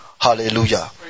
hallelujah